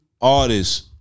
artists